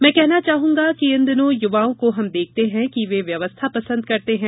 मैं कहना चाहूंगा कि इन दिनों युवाओं को हम देखते हैं कि वे व्यवस्था पसंद करते हैं